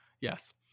Yes